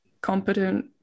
competent